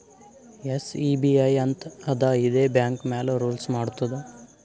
SEBI ಅಂತ್ ಅದಾ ಇದೇ ಬ್ಯಾಂಕ್ ಮ್ಯಾಲ ರೂಲ್ಸ್ ಮಾಡ್ತುದ್